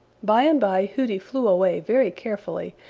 by and by hooty flew away very carefully,